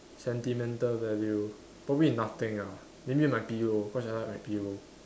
sentimental value probably nothing ah maybe my pillow because I like my pillow